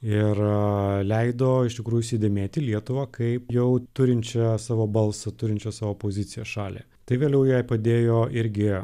ir leido iš tikrųjų įsidėmėti lietuvą kaip jau turinčią savo balsą turinčią savo poziciją šalį tai vėliau jai padėjo irgi